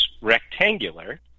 rectangular